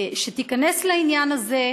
שתיכנס לעניין הזה.